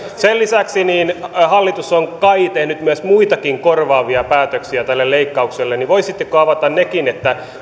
sen lisäksi hallitus on kai tehnyt myös muitakin korvaavia päätöksiä tälle leikkaukselle voisitteko avata nekin